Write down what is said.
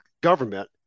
government